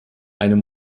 einem